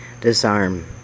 disarm